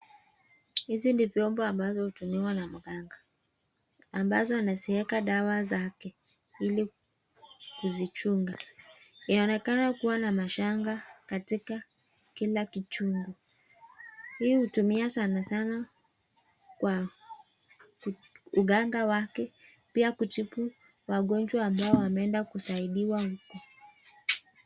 Hizi ni vyombo ambazo hutumiwa na mganga ambazo ameziweka dawa zake ili kuzichunga inaonekana kuwa na mashanga katika kila kichungu hii hutumia sanasana kwa uganga wake pia kutibu wagonjwa ambao wameenda kusaidiwa huku.